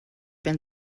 been